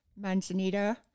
Manzanita